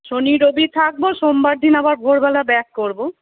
শনি রবি থাকবো সোমবার দিন আবার ভোরবেলা ব্যাক করবো